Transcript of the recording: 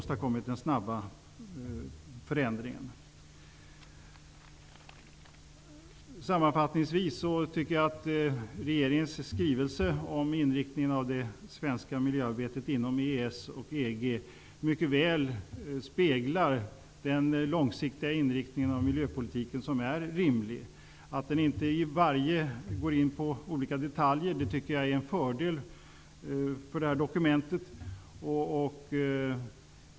Sammanfattningsvis tycker jag att regeringens skrivelse om inriktningen av det svenska miljöarbetet inom EES och EG mycket väl speglar den långsiktiga inriktning av miljöpolitiken som är rimlig. Att den inte går in på olika detaljer tycker jag är en fördel för dokumentet.